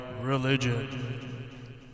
Religion